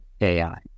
AI